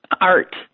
art